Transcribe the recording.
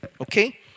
Okay